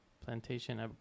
plantation